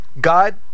God